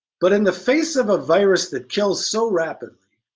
but in the face of a virus that kills so rapidly,